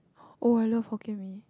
oh I love Hokkien Mee